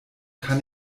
kann